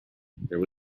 there